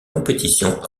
compétition